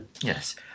Yes